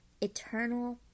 Eternal